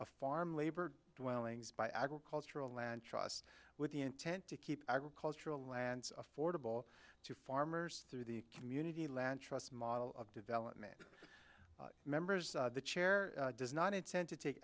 of farm labor welling's by agricultural land trust with the intent to keep agricultural lands affordable to farmers through the community land trust model of development members the chair does not intend to take